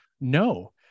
No